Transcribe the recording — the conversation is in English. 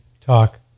talk